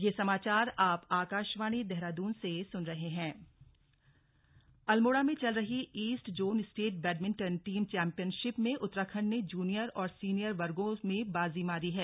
badminton championship Almora में चल रही east zone state badminton team championship में उत्तराखंड ने जूनियर और सीनियर वर्गों में बाजी मारी है